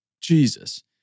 Jesus